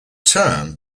term